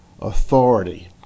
authority